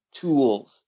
tools